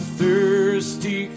thirsty